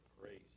praise